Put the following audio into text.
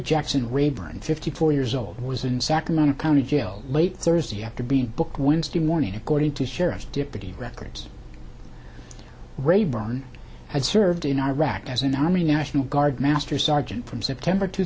jackson rayburn fifty four years old was in sacramento county jail late thursday after being booked wednesday morning according to sheriff's deputies records rae brown had served in iraq as an army national guard master sergeant from september two